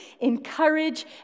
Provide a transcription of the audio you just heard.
encourage